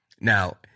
Now